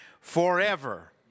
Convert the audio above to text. forever